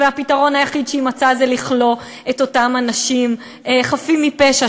והפתרון היחיד שהיא מצאה זה לכלוא את אותם אנשים חפים מפשע,